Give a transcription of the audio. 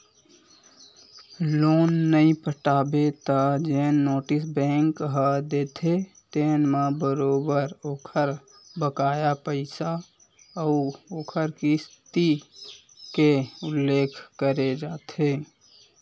loan नइ पटाबे त जेन नोटिस बेंक ह देथे तेन म बरोबर ओखर बकाया पइसा अउ ओखर किस्ती के उल्लेख करे जाथे